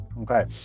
Okay